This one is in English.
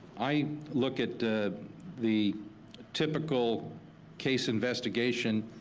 i look at the typical case investigation